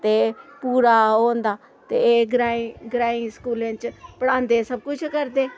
ते पूरा ओह् होंदा ते ग्राईं ग्राईं स्कूलें च पढ़ांदे सब कुछ करदे